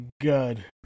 God